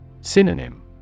Synonym